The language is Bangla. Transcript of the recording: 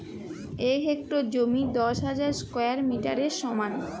এক হেক্টর জমি দশ হাজার স্কোয়ার মিটারের সমান